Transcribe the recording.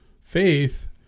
faith